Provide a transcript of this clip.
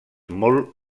molt